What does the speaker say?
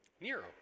Nero